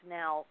now